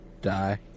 die